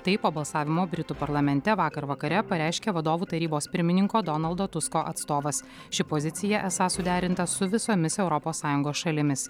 taip po balsavimo britų parlamente vakar vakare pareiškė vadovų tarybos pirmininko donaldo tusko atstovas ši pozicija esą suderinta su visomis europos sąjungos šalimis